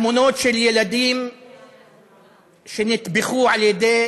התמונות של ילדים שנטבחו על-ידי